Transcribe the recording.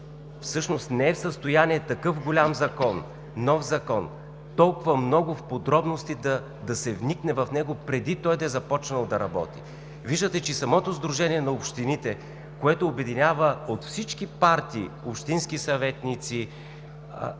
Всъщност не е в състояние за такъв голям Закон, нов Закон, с толкова много подробности да се вникне в него преди той да е започнал да работи! Виждате, че самото Сдружение на общините, което обединява общински съветници